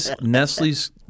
Nestle's